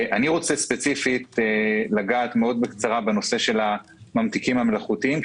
אני רוצה ספציפית לגעת בקצרה בנושא הממתיקים המלאכותיים.